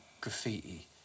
graffiti